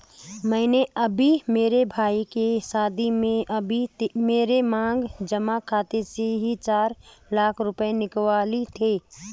मैंने अभी मेरे भाई के शादी में अभी मेरे मांग जमा खाते से ही चार लाख रुपए निकलवाए थे